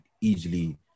easily